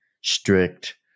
strict